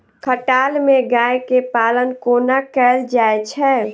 खटाल मे गाय केँ पालन कोना कैल जाय छै?